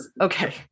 Okay